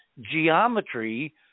geometry